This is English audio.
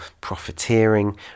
profiteering